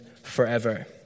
forever